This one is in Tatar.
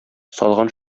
салган